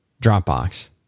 Dropbox